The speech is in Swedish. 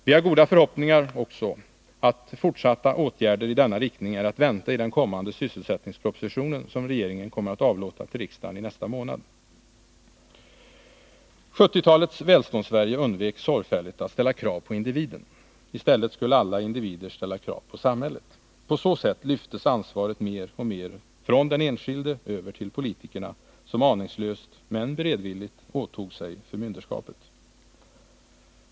Vi har goda förhoppningar om att fortsatta åtgärder i denna riktning är att vänta i den kommande sysselsättningspropositionen, som regeringen kommer att avlåta till riksdagen i nästa månad. 1970-talets Välståndssverige undvek sorgfälligt att ställa krav på individen. Istället skulle alla individer ställa krav på samhället. På så sätt lyftes ansvaret mer och mer från den enskilde över till politikerna, som aningslöst men beredvilligt åtog sig förmynderskapet.